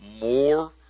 more